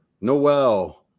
noel